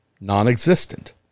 non-existent